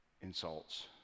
insults